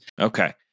Okay